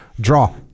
Draw